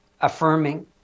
affirming